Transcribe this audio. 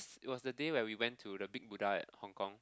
it was the day where we went to the big Buddha at Hong Kong